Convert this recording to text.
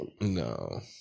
No